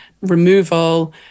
removal